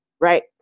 Right